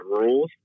rules